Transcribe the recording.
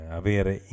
avere